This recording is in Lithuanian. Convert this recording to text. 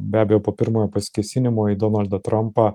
be abejo po pirmojo pasikėsinimo į donaldą trampą